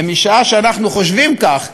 ומשעה שאנחנו חושבים כך,